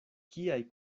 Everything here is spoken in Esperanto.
kiaj